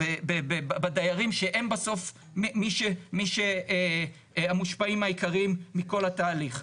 בדיירים שהם בסוף המושפעים העיקריים מכל התהליך.